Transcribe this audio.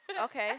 okay